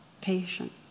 patient